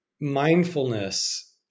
mindfulness